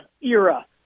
era